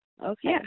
Okay